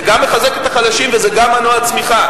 זה גם מחזק את החלשים וזה גם מנוע צמיחה.